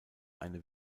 eine